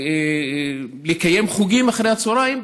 לקיים חוגים אחרי הצוהריים.